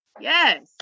Yes